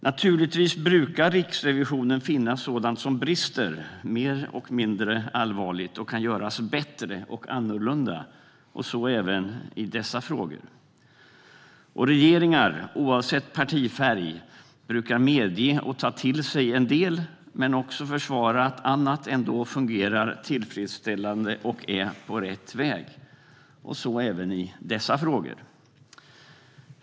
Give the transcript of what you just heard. Naturligtvis brukar Riksrevisionen finna sådant som brister mer eller mindre allvarligt och kan göras bättre och annorlunda, så även i dessa frågor. Regeringar, oavsett partifärg, brukar medge och ta till sig en del men också försvara sig med att annat ändå fungerar tillfredsställande och är på rätt väg. Så är det även i dessa frågor.